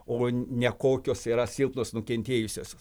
o ne kokios yra silpnos nukentėjusiosios